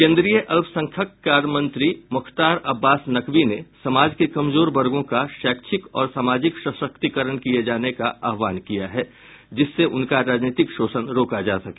केंद्रीय अल्पसंख्यक कार्य मंत्री मुख्तार अब्बास नकवी ने समाज के कमजोर वर्गों का शैक्षिक और सामाजिक सशक्तिकरण किये जाने का आह्वान किया है जिससे उनका राजनीतिक शोषण रोका जा सके